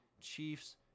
Chiefs